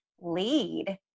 lead